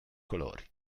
colori